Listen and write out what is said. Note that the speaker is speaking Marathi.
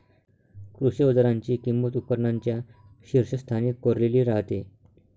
कृषी अवजारांची किंमत उपकरणांच्या शीर्षस्थानी कोरलेली राहते